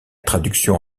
traduction